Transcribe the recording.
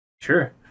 sure